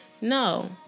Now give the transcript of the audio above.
No